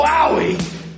Wowie